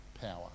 power